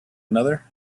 another